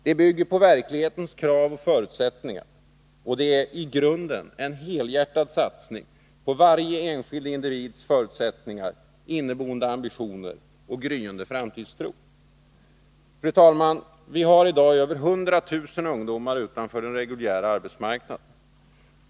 Det bygger på verklighetens krav och förutsättningar och är i grunden en helhjärtad satsning på varje enskild individs förutsättningar, inneboende ambitioner och gryende framtidstro. Fru talman! Vi har i dag över 100 000 ungdomar utanför den reguljära arbetsmarknaden.